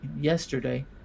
yesterday